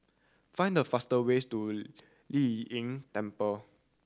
find the fastest way to Lei Yin Temple